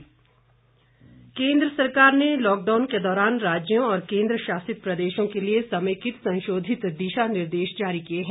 दिशा निर्देश केन्द्र सरकार ने लॉकडाउन के दौरान राज्यों और केन्द्र शासित प्रदेशों के लिए समेकित संशोधित दिशा निर्देश जारी किये हैं